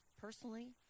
personally